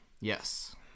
Yes